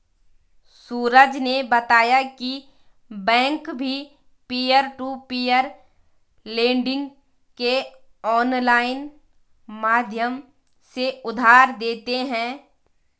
सूरज ने बताया की बैंक भी पियर टू पियर लेडिंग के ऑनलाइन माध्यम से उधार देते हैं